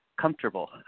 comfortable